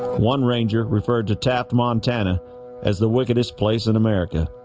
one ranger referred to taft montana as the wickedest place in america